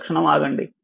ఒక్క క్షణం ఆగండి